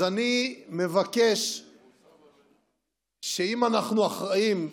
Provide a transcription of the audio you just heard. אז אני מבקש שאם אנחנו אחראים,